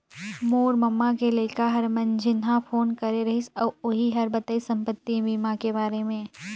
मोर ममा के लइका हर मंझिन्हा फोन करे रहिस अउ ओही हर बताइस संपति बीमा के बारे मे